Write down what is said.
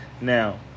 now